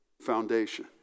foundation